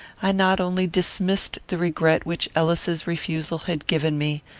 i not only dismissed the regret which ellis's refusal had given me,